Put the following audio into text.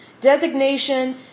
Designation